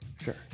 Sure